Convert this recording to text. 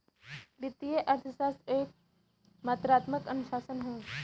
वित्तीय अर्थशास्त्र एक मात्रात्मक अनुशासन हौ